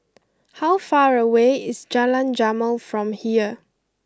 how far away is Jalan Jamal from here